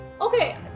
Okay